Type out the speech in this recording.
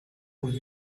would